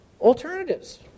alternatives